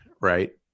right